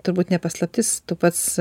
turbūt ne paslaptis tu pats